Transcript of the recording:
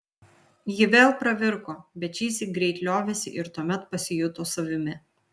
ji vėl pravirko bet šįsyk greit liovėsi ir tuomet pasijuto savimi